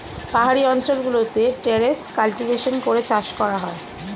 পাহাড়ি অঞ্চল গুলোতে টেরেস কাল্টিভেশন করে চাষ করা হয়